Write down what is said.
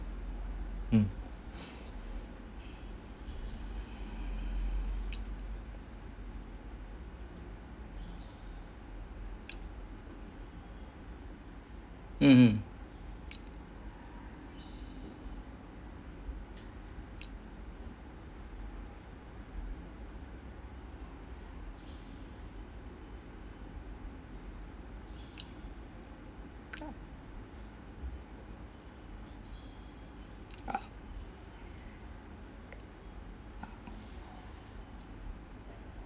mm mm mm